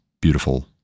beautiful